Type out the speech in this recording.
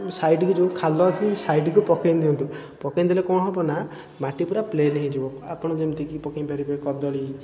ସାଇଡ଼୍କୁ ଯେଉଁ ଖାଲ ଅଛି ସେ ସାଇଡ଼୍କୁ ପକେଇ ଦିଅନ୍ତୁ ପକେଇ ଦେଲେ କ'ଣ ହେବନା ମାଟି ପୂରା ପ୍ଲେନ୍ ହେଇଯିବ ଆପଣ ଯେମିତିକି ପକେଇ ପାରିବେ କଦଳୀ